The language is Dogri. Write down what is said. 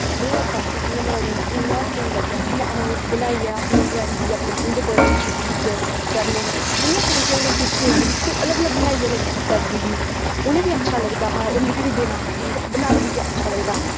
ओह्दे कन्नै काफी जेह्ड़ा मेरा रूम इ'न्ना स्हेई लग्गेआ फिर में ओह् बनाइयै अपने फ्रैंड्स गी उंदे बर्थडे पर गिफ्ट करने मतलब जि'यां फ्रैंड्स कुछ अलग अलग बनाइयै उ'नें गी गिफ्ट करदा ही उ'नें बी अच्छा लगदा हा होर मिगी बी देना मतलब की बनांदी ही अच्छा लगदा हा